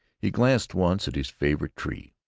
he glanced once at his favorite tree,